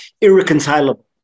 irreconcilable